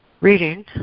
reading